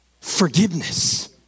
forgiveness